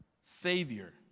Savior